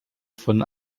von